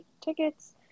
tickets